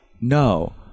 No